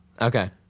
Okay